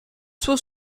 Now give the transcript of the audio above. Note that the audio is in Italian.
suo